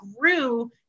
grew